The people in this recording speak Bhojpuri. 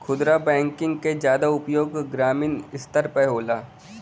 खुदरा बैंकिंग के जादा उपयोग ग्रामीन स्तर पे होला